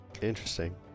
Interesting